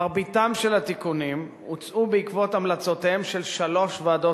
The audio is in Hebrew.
מרבית התיקונים הוצעו בעקבות המלצותיהן של שלוש ועדות